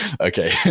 okay